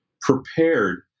prepared